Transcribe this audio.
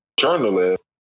journalist